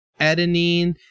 adenine